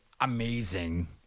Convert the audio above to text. amazing